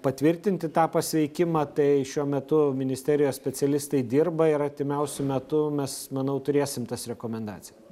patvirtinti tą pasveikimą tai šiuo metu ministerijos specialistai dirba ir artimiausiu metu mes manau turėsim tas rekomendacijas